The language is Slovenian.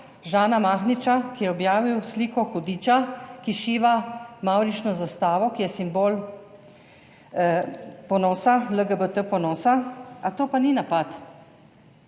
Žana Mahniča, ki je objavil sliko hudiča, ki šiva mavrično zastavo, ki je simbol LGBT ponosa? To pa ni napad?